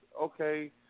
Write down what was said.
okay